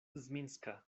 zminska